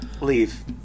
Leave